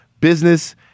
business